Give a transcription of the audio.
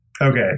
okay